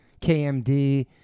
KMD